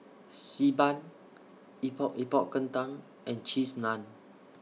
Bi Ban Epok Epok Kentang and Cheese Naan